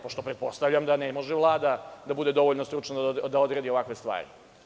Pretpostavljam da ne može Vlada da bude dovoljno stručna da odredi ovakve stvari.